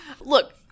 look